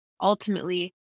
ultimately